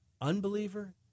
unbeliever